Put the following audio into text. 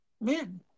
Men